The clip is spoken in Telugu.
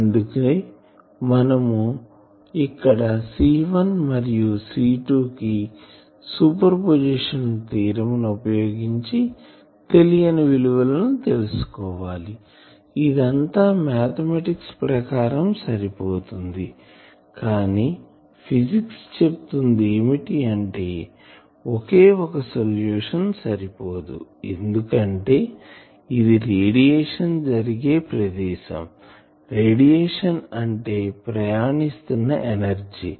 అందుకనే మనం ఇక్కడ C1 మరియుC 2 కు సూపర్ పొజిషన్ థీరం ని ఉపయోగించి తెలియని విలువలని తెలుసుకోవాలి ఇదంతా మాథెమాటిక్స్ ప్రకారం సరిపోతుంది కానీ ఫిజిక్స్ చెప్తుంది ఏమిటి అంటే ఒకే ఒక సొల్యూషన్ సరిపోదు ఎందుకంటే ఇది రేడియేషన్ జరిగే ప్రదేశం రేడియేషన్ అంటే ప్రయాణిస్తున్న ఎనర్జీ